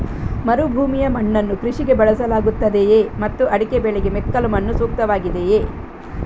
ಮರುಭೂಮಿಯ ಮಣ್ಣನ್ನು ಕೃಷಿಗೆ ಬಳಸಲಾಗುತ್ತದೆಯೇ ಮತ್ತು ಅಡಿಕೆ ಬೆಳೆಗೆ ಮೆಕ್ಕಲು ಮಣ್ಣು ಸೂಕ್ತವಾಗಿದೆಯೇ?